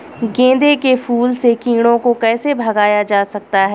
गेंदे के फूल से कीड़ों को कैसे भगाया जा सकता है?